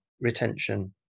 retention